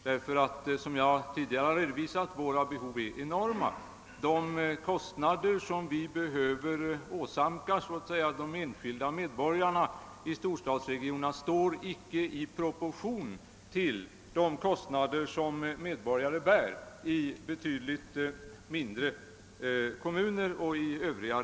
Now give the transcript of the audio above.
De är, som jag har redovisat, enorma, och de kostnader som vi nödgas åsamka de enskilda medborgarna i storstadsregionerna står inte i proportion till de kostnader som medborgare i mindre kommuner behöver bära.